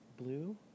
Blue